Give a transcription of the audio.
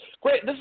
Great